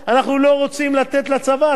אתה יודע כמה זה יעלה לנו במשטרה?